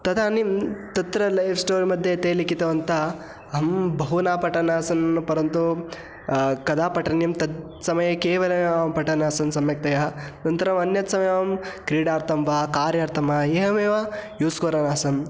तदानीं तत्र life story मध्ये ते लिखितवन्तः अहं बहु न पठन्नासन् परन्तु कदा पठनीयं तत्समये केवलं पठन्नासन् सम्यक्तया अनन्तरम् अन्यत् समये अहं क्रीडार्थं वा कार्यार्थं वा एवमेव यूस् कुर्वन् आसम्